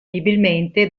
presumibilmente